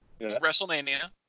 WrestleMania